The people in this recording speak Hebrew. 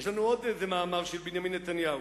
יש לנו עוד מאמר של בנימין נתניהו,